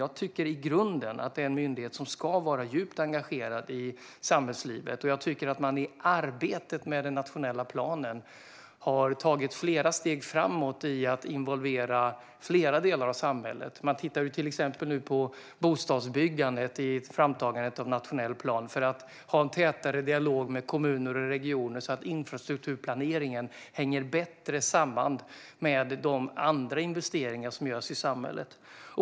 Jag tycker i grunden att det är en myndighet som ska vara djupt engagerad i samhällslivet, och jag tycker att man i arbetet med den nationella planen har tagit flera steg framåt i att involvera flera delar av samhället. Man tittar till exempel på bostadsbyggandet i framtagandet av en nationell plan. Det handlar om att ha en tätare dialog med kommuner och regioner, så att infrastrukturplaneringen hänger bättre samman med de andra investeringar som görs i samhället.